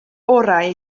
orau